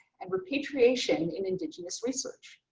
and repatriation in indigenous research.